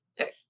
okay